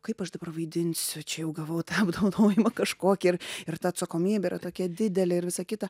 kaip aš dabar vaidinsiu čia jau gavau tą apdovanojimą kažkokį ir ir ta atsakomybė yra tokia didelė ir visa kita